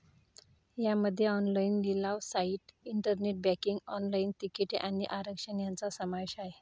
यामध्ये ऑनलाइन लिलाव site, internet banking, online तिकिटे आणि आरक्षण यांचा समावेश आहे